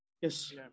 Yes